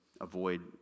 avoid